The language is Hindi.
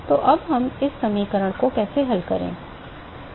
तो अब हम इस समीकरण को कैसे हल करते हैं